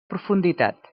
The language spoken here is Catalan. profunditat